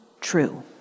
true